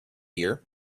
year